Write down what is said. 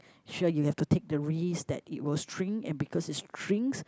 sure you have to take the risk that it will shrink and because it shrinks